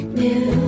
new